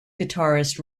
guitarist